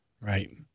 Right